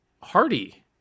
Hardy